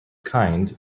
kind